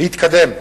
להתקדם.